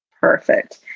perfect